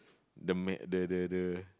the ma~ the the the